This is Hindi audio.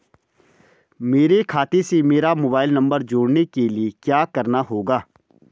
मेरे खाते से मेरा मोबाइल नम्बर जोड़ने के लिये क्या करना होगा?